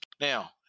Now